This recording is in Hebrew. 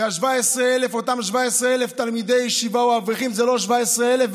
כי אותם 17,000 תלמידי ישיבה או אברכים זה לא 17,000,